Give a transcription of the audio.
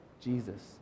Jesus